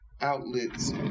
outlets